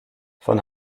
von